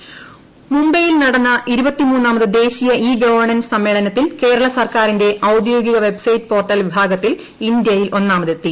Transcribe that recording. E governance മുംബൈയിൽ നടന്ന ഇരുപത്തിമൂന്നാമത് ദേശീയ ഇ ഗവേണൻസ് സമ്മേളനത്തിൽ കേരള സർക്കാരിന്റെ ഔദ്യോഗിക വെബ്സൈറ്റ് പോർട്ടൽ വിഭാഗത്തിൽ ഇന്ത്യയിൽ ഒന്നാമതെത്തി